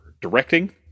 directing